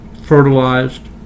fertilized